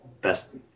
best